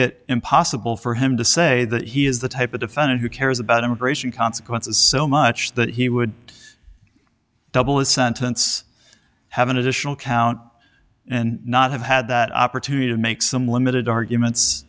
it impossible for him to say that he is the type of defendant who cares about immigration consequences so much that he would double the sentence have an additional count and not have had that opportunity to make some limited arguments